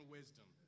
wisdom